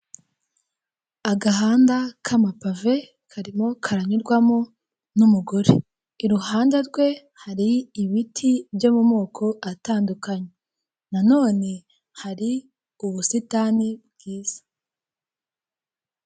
Agahanda k'amapave karimo karanyurwamo n'umugore, iruhande rwe hari ibiti byo mu moko atandukanye, nanone hari ubusitani bwiza.